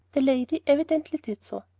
the lady evidently did so.